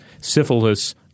syphilis